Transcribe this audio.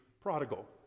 prodigal